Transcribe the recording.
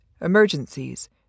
emergencies